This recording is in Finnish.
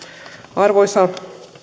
arvoisa